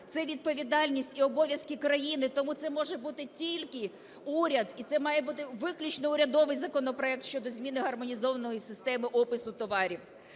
Це відповідальність і обов’язки країни, тому це може бути тільки уряд і це має бути виключно урядовий законопроект щодо зміни гармонізованої системи опису товарів.